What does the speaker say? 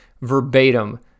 verbatim